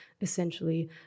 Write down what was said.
essentially